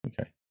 Okay